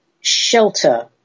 shelter